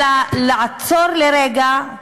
אלא לעצור לרגע,